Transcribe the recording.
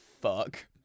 fuck